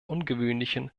ungewöhnlichen